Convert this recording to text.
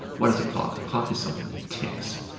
what is a clock? a clock is something that ticks,